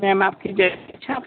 ma'am आपकी जैसी इच्छा हो वैसा